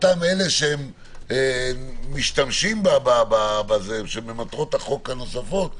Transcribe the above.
אותם אלה שמשתמשים בזה, למטרות החוק הנוספות,